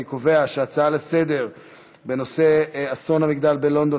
אני קובע שההצעה לסדר-היום בנושא אסון המגדל בלונדון,